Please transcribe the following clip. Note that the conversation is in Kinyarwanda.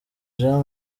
jean